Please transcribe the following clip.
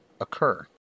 occur